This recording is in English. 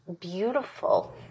beautiful